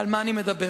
על מה אני מדבר?